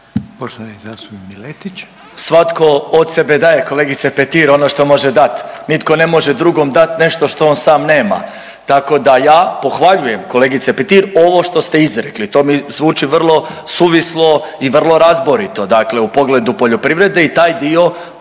**Miletić, Marin (MOST)** Svatko od sebe daje, kolegice Petir, ono što može dati. Nitko ne može drugom dati nešto što on sam nema. Tako da ja pohvaljujem, kolegice Petir, ovo što ste izrekli, to mi zvuči vrlo suvislo i vrlo razborito, dakle u pogledu poljoprivrede i taj dio